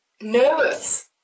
nervous